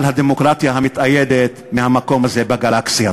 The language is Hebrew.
על הדמוקרטיה המתאיידת מהמקום הזה בגלקסיה.